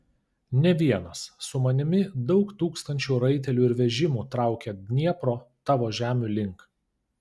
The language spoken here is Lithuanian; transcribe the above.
ne vienas su manimi daug tūkstančių raitelių ir vežimų traukia dniepro tavo žemių link